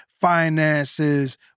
finances